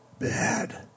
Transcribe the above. bad